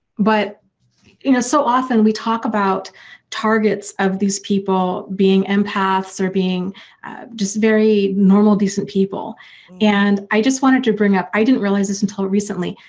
but you know, so often we talk about targets of these people being empaths or being just very normal, decent people and i just wanted to bring up, i didn't realize this until recently,